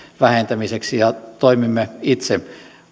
vähentämiseksi ja toimimme itse